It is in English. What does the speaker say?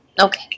Okay